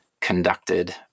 conducted